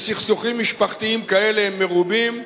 וסכסוכים משפחתיים כאלה הם מרובים,